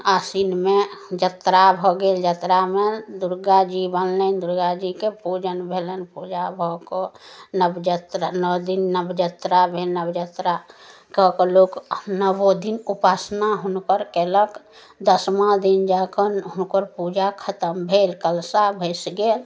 आसिनमे जतरा भऽ गेल जतरामे दुर्गा जी बनलनि दुर्गा जीके पूजन भेलनि पूजा भऽ कऽ नब जतरा नओ दिन नव जतरा भेल नव जतरा कऽ कऽ लोक नओ दिन उपासना हुनकर कयलक दसमा दिन जा कऽ हुनकर पूजा खतम भेल कलशा भसि गेल